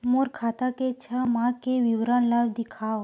मोर खाता के छः माह के विवरण ल दिखाव?